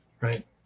right